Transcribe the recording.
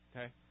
Okay